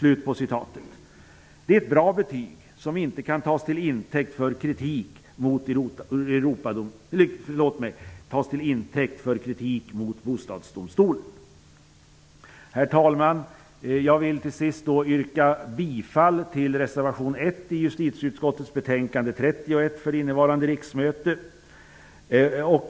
Det är ett bra betyg, som inte kan tas till intäkt för kritik mot Herr talman! Jag vill slutligen yrka bifall till reservation 1 till justitieutskottets betänkande 31 för innevarande riksmöte.